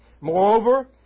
moreover